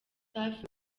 safi